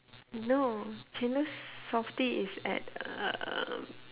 no chendol Softee is at um